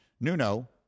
Nuno